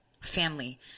family